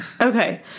Okay